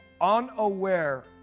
unaware